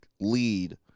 lead